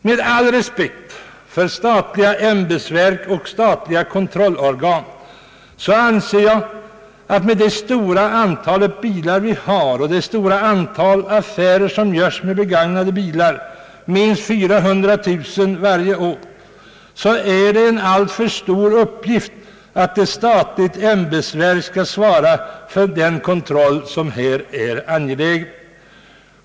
Med all respekt för statliga ämbetsverk och kontrollorgan anser jag — mot bakgrunden av det stora antal bilar vi har och det stora antal affärer som görs med begagnade bilar, minst 400 000 varje år — att det är en alltför stor uppgift för ett statligt verk att svara för den kontroll som här är så angelägen.